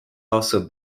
also